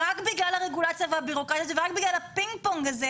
רק בגלל הרגולציה והבירוקרטיה הזו ורק בגלל הפינג-פונג הזה,